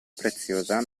preziosa